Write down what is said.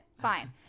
Fine